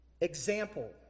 example